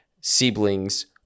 siblings